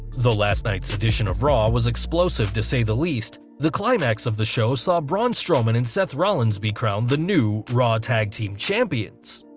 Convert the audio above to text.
though last night's edition of raw was explosive to say the least, the climax of the show saw braun strowman and seth rollins be crowned the new raw tag team champions.